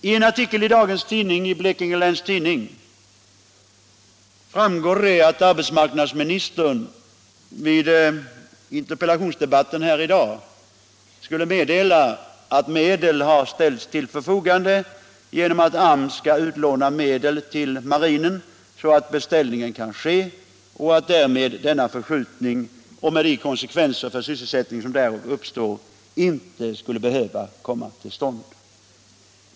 I en artikel i dagens nummer av Blekinge Läns Tidning meddelas att arbetsmarknadsministern vid dagens interpellationsdebatt skall tillkännage att medel har ställts till förfogande genom att AMS utlånar pengar till marinen så att beställningen kan ske. Därmed skulle en senareläggning med dess konsekvenser för sysselsättningen inte komma till stånd.